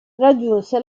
raggiunse